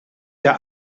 der